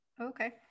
Okay